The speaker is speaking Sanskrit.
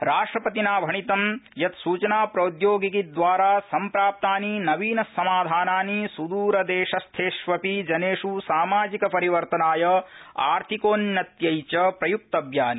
राष्ट्रपतिना भणितं यत् सूचनाप्रौद्योगिकीद्वारा सम्प्राप्तानि नवीनसमाधानानि सुद्रदेशस्थेष्वपि जनेषु सामाजिकपरिवर्तनाय आर्थिकोन्नत्यै च प्रयुक्तव्यानि